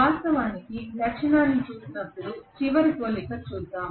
వాస్తవానికి లక్షణాన్ని చూసినప్పుడు చివరికి పోలికను చూద్దాం